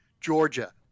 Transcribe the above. Georgia